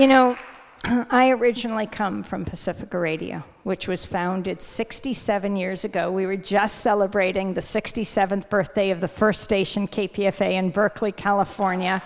you know i originally come from pacifica radio which was founded sixty seven years ago we were just celebrating the sixty seventh birthday of the first station k p f a in berkeley california